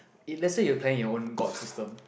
it let's say you praying your own God system